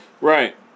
Right